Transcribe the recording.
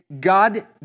God